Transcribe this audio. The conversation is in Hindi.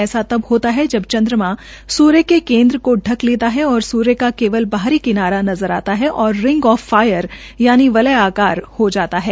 ऐस तब होता है जब चन्द्रमा सूर्य के केन्द्र के ढंक लेता है और सूर्य का केवल बाहरी किनारा नज़र आता है और रिंग आफ फार यानि वलयाकार को हता है